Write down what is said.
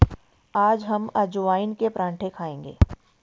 आज हम अजवाइन के पराठे खाएंगे